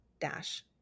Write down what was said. dash